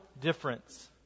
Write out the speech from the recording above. difference